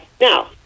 now